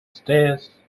stairs